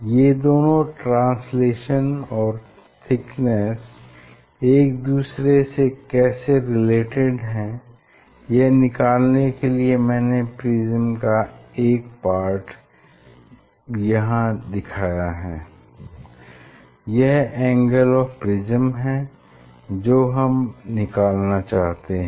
ये दोनों ट्रांसलेशन और थिकनेस एक दूसरे से कैसे रिलेटेड हैं यह निकालने के लिए मैंने प्रिज्म का एक पार्ट मैंने यहाँ दिखाया है यह एंगल ऑफ़ प्रिज्म है जो हम निकालना चाहते हैं